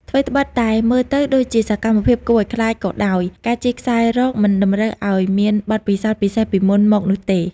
ថ្វីត្បិតតែមើលទៅដូចជាសកម្មភាពគួរឱ្យខ្លាចក៏ដោយ ការជិះខ្សែរ៉កមិនតម្រូវឱ្យមានបទពិសោធន៍ពិសេសពីមុនមកនោះទេ។